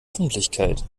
öffentlichkeit